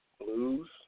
blues